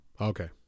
okay